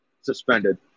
suspended